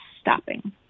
stopping